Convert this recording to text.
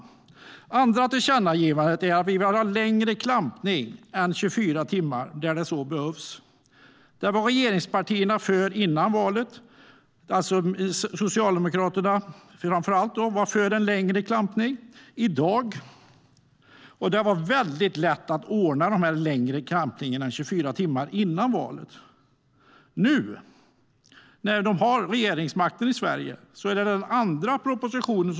Det andra tillkännagivandet handlar om att vi vill ha en längre klampningstid än 24 timmar där det så behövs. Före valet var de nuvarande regeringspartierna för det. Framför allt Socialdemokraterna var för en längre klampningstid. Före valet var det väldigt lätt att ordna med längre klampningstider än 24 timmar. Men nu när de har regeringsmakten i Sverige har det kommit en andra proposition.